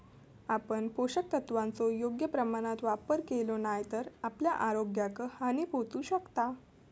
आपण पोषक तत्वांचो योग्य प्रमाणात वापर केलो नाय तर आपल्या आरोग्याक हानी पोहचू शकता